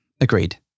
agreed